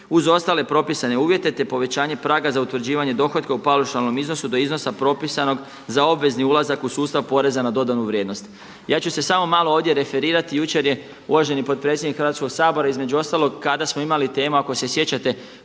uz ostale propisane uvjete, te povećanje praga za utvrđivanje dohotka u paušalnom iznosu do iznosa propisanog za obvezni ulazak u sustav poreza na dodanu vrijednost. Ja ću se samo malo ovdje referirati. Jučer je uvaženi potpredsjednik Hrvatskog sabora između ostalog kada smo imali temu, ako se sjećate